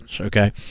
okay